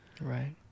Right